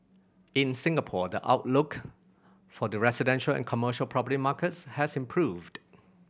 in Singapore the outlook for the residential and commercial property markets has improved